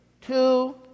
two